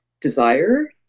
desire